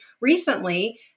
recently